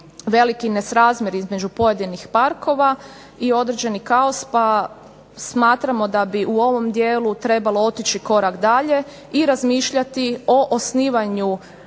veliki nesrazmjer između pojedinih parkova i određeni kaos pa smatramo da bi u ovom dijelu trebalo otići korak dalje i razmišljati o osnivanju